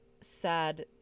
sad